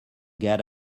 get